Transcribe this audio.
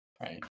right